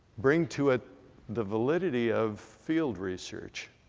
bring to it the validity of field research.